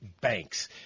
banks